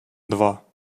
два